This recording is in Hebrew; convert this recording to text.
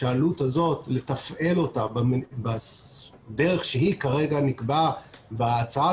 שהעלות הזאת לתפעל אותה בדרך שכרגע נקבעה בהצעה